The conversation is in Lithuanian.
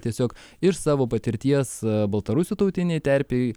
tiesiog iš savo patirties baltarusių tautinėj terpėj